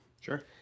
Sure